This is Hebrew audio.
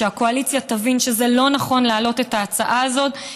שהקואליציה תבין שזדה לא נכון להעלות את ההצעה הזאת,